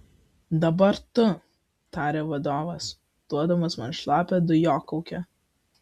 dabar tu tarė vadovas duodamas man šlapią dujokaukę